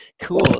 Cool